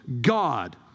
God